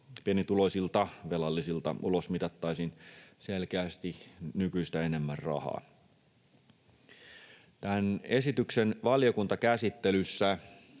pienituloisilta velallisilta ulosmitattaisiin selkeästi nykyistä enemmän rahaa. Tämän esityksen valiokuntakäsittelyssä